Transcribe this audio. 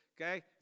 Okay